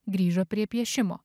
grįžo prie piešimo